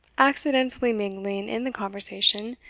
accidentally mingling in the conversation,